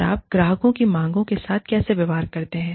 और आप ग्राहकों की मांगों के साथ कैसे व्यवहार करते हैं